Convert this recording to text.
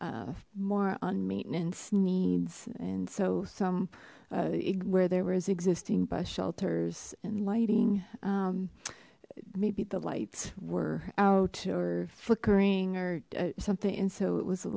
uh more on maintenance needs and so some uh where there was existing bus shelters and lighting um maybe the lights were out or flickering or something and so it was